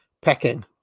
pecking